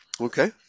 Okay